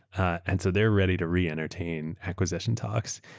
ah and so theyaeurre ready to re-entertain acquisition talks.